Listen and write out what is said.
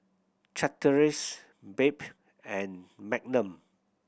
Chateraise Bebe and Magnum